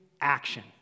action